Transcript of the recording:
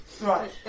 Right